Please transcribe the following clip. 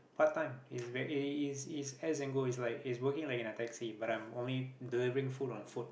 part time he's very he he he's as and go he's like he's working like in a taxi but I'm only delivering food on foot